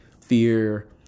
fear